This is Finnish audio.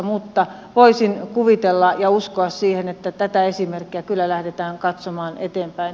mutta voisin kuvitella ja uskoa siihen että tätä esimerkkiä kyllä lähdetään katsomaan eteenpäin